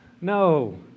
No